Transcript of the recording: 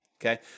okay